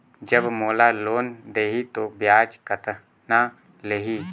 जब मोला लोन देही तो ब्याज कतना लेही?